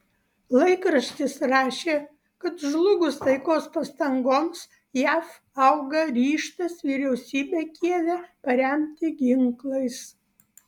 laikraštis rašė kad žlugus taikos pastangoms jav auga ryžtas vyriausybę kijeve paremti ginklais